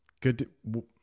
Good